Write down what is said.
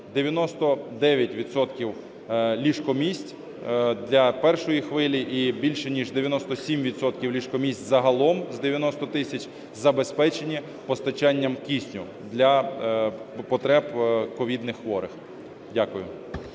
ліжко-місць для першої хвилі і більше ніж 97 відсотків ліжко-місць загалом з 90 тисяч забезпечені постачанням кисню для потреб ковідних хворих. Дякую.